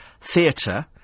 Theatre